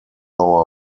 our